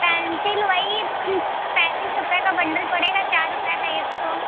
pencil वही पैंतिस रुपए का बण्डल पड़ेगा चार रुपए का एक खो